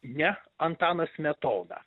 ne antanas smetona